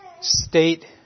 state